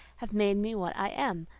have made me what i am,